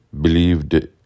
believed